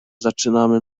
zaczynamy